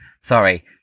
sorry